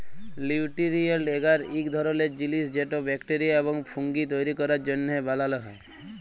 লিউটিরিয়েল্ট এগার ইক ধরলের জিলিস যেট ব্যাকটেরিয়া এবং ফুঙ্গি তৈরি ক্যরার জ্যনহে বালাল হ্যয়